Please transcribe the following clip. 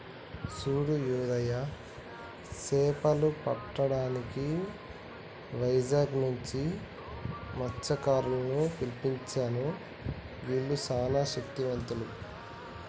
సూడు యాదయ్య సేపలు పట్టటానికి వైజాగ్ నుంచి మస్త్యకారులను పిలిపించాను గీల్లు సానా శక్తివంతులు